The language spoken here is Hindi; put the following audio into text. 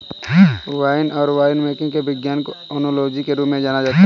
वाइन और वाइनमेकिंग के विज्ञान को ओनोलॉजी के रूप में जाना जाता है